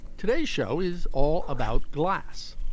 today's show is all about glass.